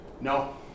No